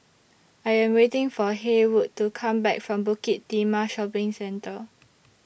I Am waiting For Haywood to Come Back from Bukit Timah Shopping Centre